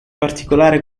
particolare